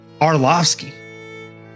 Arlovsky